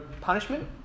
punishment